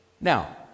Now